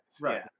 Right